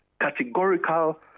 categorical